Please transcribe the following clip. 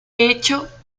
hecho